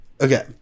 Okay